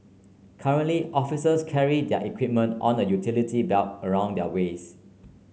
currently officers carry their their equipment on a utility belt around their waists